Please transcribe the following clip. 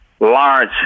large